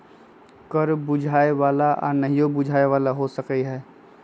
कर बुझाय बला आऽ नहियो बुझाय बला हो सकै छइ